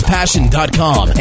Passion.com